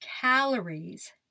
calories